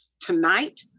Tonight